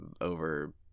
over